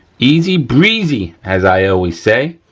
easy breezy! as i always say.